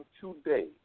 today